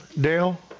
Dale